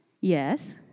Yes